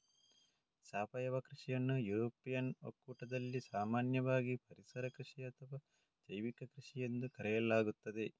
ಸಾವಯವ ಕೃಷಿಯನ್ನು ಯುರೋಪಿಯನ್ ಒಕ್ಕೂಟದಲ್ಲಿ ಸಾಮಾನ್ಯವಾಗಿ ಪರಿಸರ ಕೃಷಿ ಅಥವಾ ಜೈವಿಕ ಕೃಷಿಎಂದು ಕರೆಯಲಾಗುತ್ತದೆ